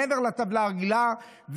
מעבר לטבלה הרגילה,